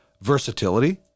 versatility